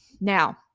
Now